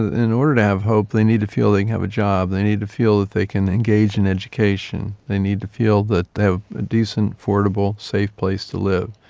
ah in order to have hope, they need to feel they can have a job, they need to feel that they can engage in education, they need to feel that they have a decent, affordable, safe place to live.